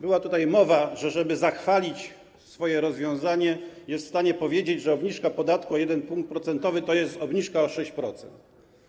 Była tutaj mowa o tym, że aby zachwalić swoje rozwiązanie, jest w stanie powiedzieć, że obniżka podatku o 1 punkt procentowy to jest obniżka o 6%.